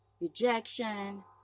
rejection